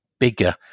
bigger